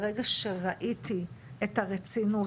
ברגע שראיתי את הרצינות,